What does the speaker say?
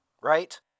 right